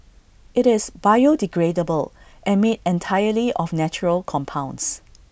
IT is biodegradable and made entirely of natural compounds